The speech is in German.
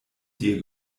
dir